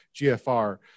GFR